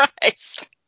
Christ